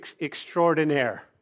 extraordinaire